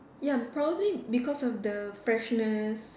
ya probably because of the freshness